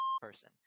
person